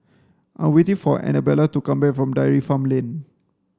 I'm waiting for Anabella to come back from Dairy Farm Lane